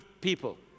people